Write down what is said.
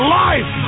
life